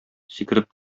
сикереп